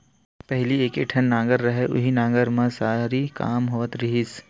पहिली एके ठन नांगर रहय उहीं नांगर म सरी काम होवत रिहिस हे